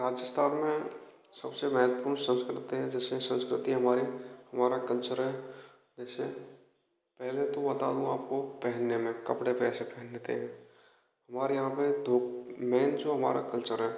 राजस्थान में सबसे मत्वपूर्ण संस्कृति है जैसे संस्कृति है हमारी हमारा कल्चर है जैसे पहले तो बता दूँ आपको की पहनने में कपड़े कैसे पहनते हैं हमारे यहाँ पर धो मेन जो हमारा कल्चर है